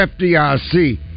FDIC